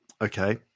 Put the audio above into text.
Okay